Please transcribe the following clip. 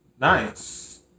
Nice